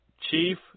Chief